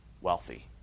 wealthy